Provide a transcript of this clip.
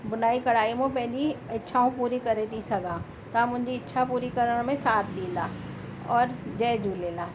बुनाई कढ़ाई मां पंहिंजी इच्छाऊं पूरी करे थी सघां तव्हां मुंहिंजी इच्छा पूरी करण में साथ ॾींदा और जय झूलेलाल